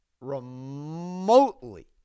remotely